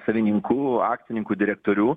savininkų akcininkų direktorių